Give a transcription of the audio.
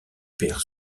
père